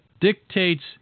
dictates